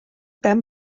ben